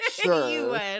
sure